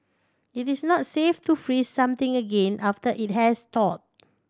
it is not safe to freeze something again after it has thawed